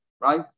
right